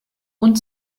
und